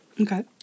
okay